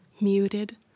muted